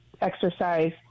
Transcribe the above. exercise